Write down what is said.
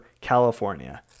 California